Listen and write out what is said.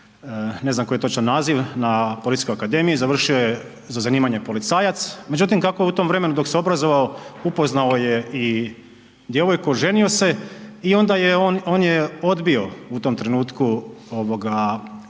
ne znam koji je točan naziv na Policijskoj akademiji, završio je za zanimanje policajac. Međutim, kako u tom vremenu dok se obrazovao, upoznao je i djevojku, oženio se i onda je on, on je odbio u tom trenutku otići